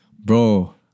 Bro